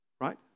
Right